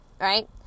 right